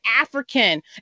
African